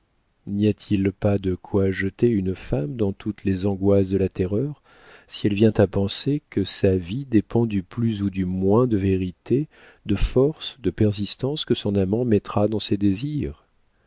n'y a-t-il pas de quoi jeter une femme dans toutes les angoisses de la terreur si elle vient à penser que sa vie dépend du plus ou du moins de vérité de force de persistance que son amant mettra dans ses désirs